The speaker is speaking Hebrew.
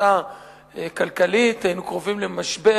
לקריסה כלכלית, היינו קרובים למשבר,